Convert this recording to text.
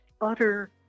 utter